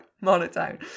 monotone